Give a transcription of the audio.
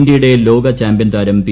ഇന്ത്യയുടെ ലോക ചാമ്പ്യൻതാരം പി